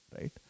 right